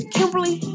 Kimberly